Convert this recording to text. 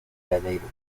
janeiro